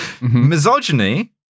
misogyny